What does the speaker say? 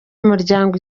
umuryango